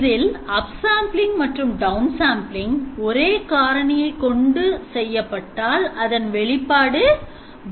இதில் upsampling மற்றும் downsampling ஒரே காரணியை கொண்டு செய்யப்பட்டால் அதன் வெளிப்பாடு 0